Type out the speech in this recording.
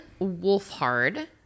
Wolfhard